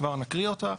כבר נקריא אותה,